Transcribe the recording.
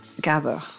gather